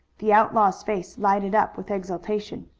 the outlaw's face lighted up with exultation.